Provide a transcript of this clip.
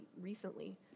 recently